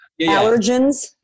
allergens